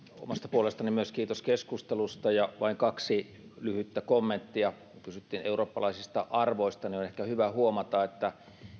omasta puolestani myös kiitos keskustelusta ja vain kaksi lyhyttä kommenttia kun kysyttiin eurooppalaisista arvoista niin on ehkä hyvä huomata että